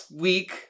week